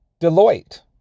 Deloitte